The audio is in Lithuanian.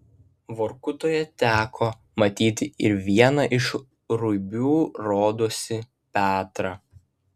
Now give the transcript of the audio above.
vorkutoje teko matyti ir vieną iš ruibių rodosi petrą